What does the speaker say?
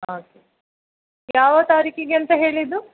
okay ಯಾವ ತಾರೀಕಿಗೆ ಅಂತ ಹೇಳಿದ್ದು